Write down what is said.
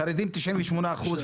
החרדים, 98 אחוזים.